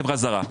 חברה זרה.